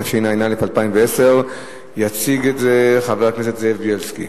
התשע"א 2010. יציג זאת חבר הכנסת זאב בילסקי.